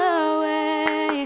away